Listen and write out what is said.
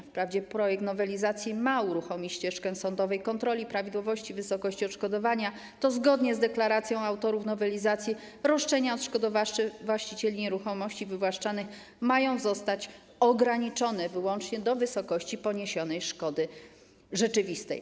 Wprawdzie projekt nowelizacji ma uruchomić ścieżkę sądowej kontroli prawidłowości wysokości odszkodowania, jednak zgodnie z deklaracją autorów nowelizacji roszczenia odszkodowawcze właścicieli nieruchomości wywłaszczanych mają zostać ograniczone wyłącznie do wysokości poniesionej szkody rzeczywistej.